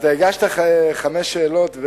הגשת חמש שאלות,